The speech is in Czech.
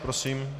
Prosím.